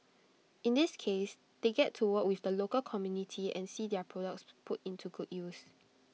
in this case they get to work with the local community and see their products put into good use